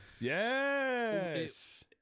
Yes